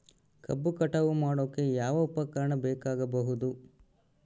ಕಬ್ಬು ಕಟಾವು ಮಾಡೋಕೆ ಯಾವ ಉಪಕರಣ ಬೇಕಾಗಬಹುದು?